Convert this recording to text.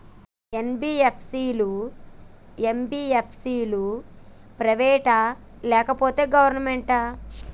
NBFC లు, MBFC లు private ఆ లేకపోతే గవర్నమెంటా?